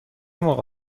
موقع